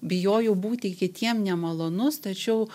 bijojau būti kitiem nemalonus tačiau